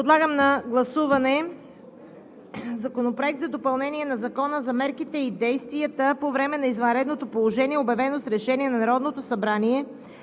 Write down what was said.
Подлагам на гласуване Законопроект за допълнение на Закона за мерките и действията по време на извънредното положение, обявено с решение на Народното събрание